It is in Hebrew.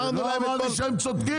לא אמרתי שהם צודקים.